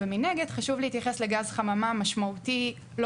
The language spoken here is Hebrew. ומנגד חשוב להתייחס לגז חממה משמעותי לא